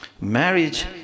Marriage